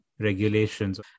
regulations